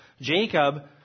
Jacob